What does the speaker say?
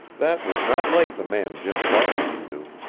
that was not like the man, jim farland knew.